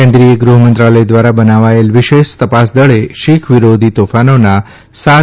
કેન્દ્રીય ગૃહમંત્રાલય દ્વારા બનાવાયેલ વિશેષ ત ાસ દળે શિખ વિરોધી તોફાનોના સાત